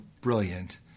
brilliant